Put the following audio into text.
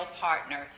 partner